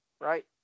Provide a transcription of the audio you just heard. right